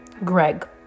greg